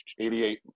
88